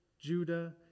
Judah